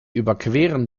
überqueren